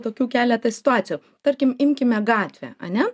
tokių keletą situacijų tarkim imkime gatvę ane